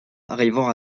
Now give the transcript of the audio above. arrivant